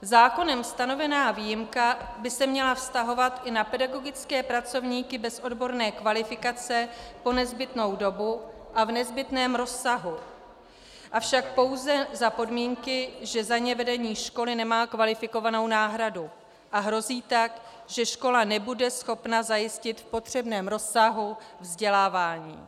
Zákonem stanovená výjimka by se měla vztahovat i na pedagogické pracovníky bez odborné kvalifikace po nezbytnou dobu a v nezbytném rozsahu, avšak pouze za podmínky, že za ně vedení školy nemá kvalifikovanou náhradu a hrozí tak, že škola nebude schopna zajistit v potřebném rozsahu vzdělávání.